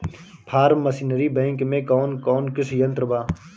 Form machinery bank में कौन कौन कृषि यंत्र बा?